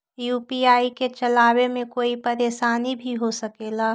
UPI के चलावे मे कोई परेशानी भी हो सकेला?